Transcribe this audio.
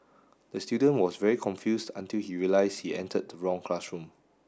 the student was very confused until he realised he entered the wrong classroom